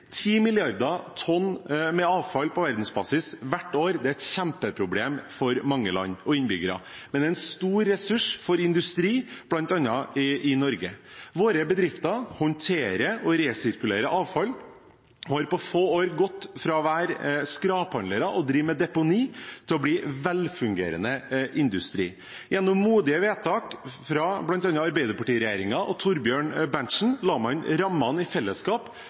milliarder tonn med avfall på verdensbasis hvert år er et kjempeproblem for mange land og innbyggere, men en stor ressurs for industrien bl.a. i Norge. Våre bedrifter håndterer og resirkulerer avfall. De har på få år gått fra å være skraphandlere og drive med deponi, til å bli velfungerende industri. Gjennom modige vedtak fra bl.a. arbeiderpartiregjeringen og Thorbjørn Berntsen, la man i fellesskap rammene for det som i